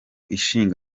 ishinga